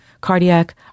cardiac